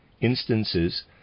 Instances